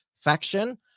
faction